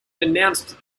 denounced